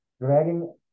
dragging